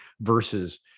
versus